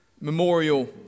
memorial